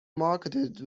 marketed